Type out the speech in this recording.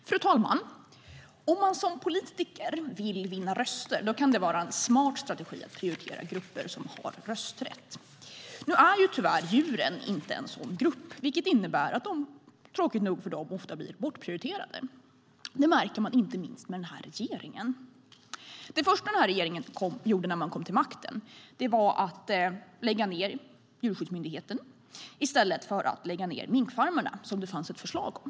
Fru talman! Om man som politiker vill vinna röster kan det vara en smart strategi att prioritera grupper som har rösträtt. Djuren är tyvärr inte en sådan grupp, vilket innebär att de, tråkigt nog för dem, ofta blir bortprioriterade. Det märker man inte minst med den här regeringen. Det första den här regeringen gjorde när man kom till makten var att lägga ned Djurskyddsmyndigheten i stället för att lägga ned minkfarmerna, som det fanns ett förslag om.